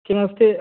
किम् अस्ति